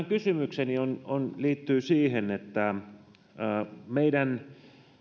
kysymykseni liittyy oikeastaan siihen että meidän